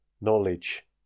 knowledge